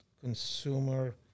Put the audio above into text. consumer